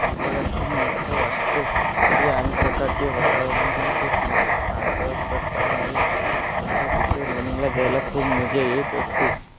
ऐकायला खूप मस्त वाटते ते आणि सकाळचे वातावरण पण खूप मस्त शांत असतात त्यामुळे मला तिकडे रनिंगला जायला खूप मजा येत असते